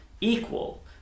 equal